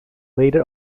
leader